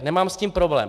Nemám s tím problém.